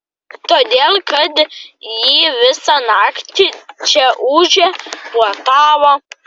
todėl kad ji visą naktį čia ūžė puotavo